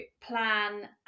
plan